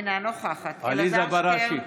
אינה נוכחת אלעזר שטרן,